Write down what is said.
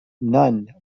none